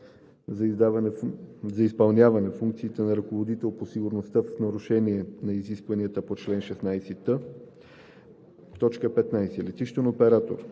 да изпълнява функциите на ръководител по сигурността, в нарушение на изискванията на чл. 16т; 15. летищен оператор,